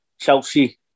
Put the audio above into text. Chelsea